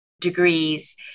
degrees